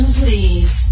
please